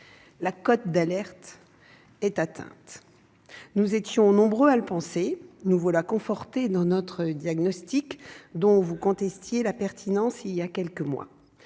La cote d'alerte est atteinte. Nous étions nombreux à le penser ; nous voilà confortés dans notre diagnostic, dont vous contestiez la pertinence il y a quelques mois,